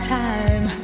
time